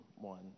one